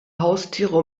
haustiere